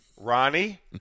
Ronnie